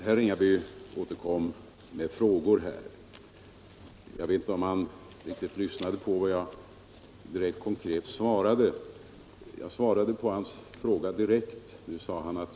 Herr Ringaby återkommer med frågor. Jag vet inte om han inte lyssnade på vad jag konkret svarade. Han sade att jag bara citerade.